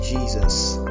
Jesus